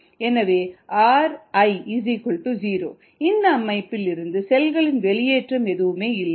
𝑟𝑖 0 இந்த அமைப்பில் இருந்து செல்களின் வெளியேற்றம் எதுவும் இல்லை